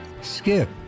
Skip